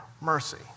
mercy